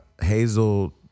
Hazel